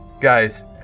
guys